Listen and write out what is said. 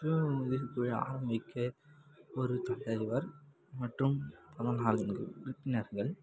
சுய உதவிக் குழு ஆரமிக்க ஒரு தலைவர் மற்றும் பதினாங்கு உறுப்பினர்கள்